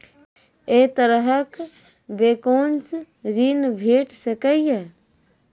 ऐ तरहक बैंकोसऽ ॠण भेट सकै ये?